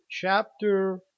Chapter